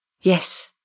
yes